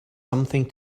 something